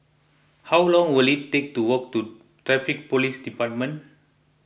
how long will it take to walk to Traffic Police Department